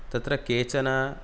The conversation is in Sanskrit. तत्र केचन